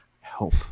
Help